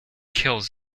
kills